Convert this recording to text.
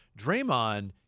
Draymond